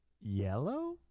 yellow